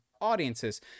audiences